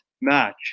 match